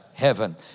heaven